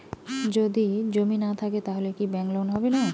যদি জমি না থাকে তাহলে কি ব্যাংক লোন হবে না?